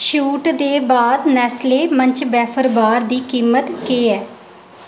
छूट दे बाद नैस्ले मंच वेफर बार दी कीमत केह् ऐ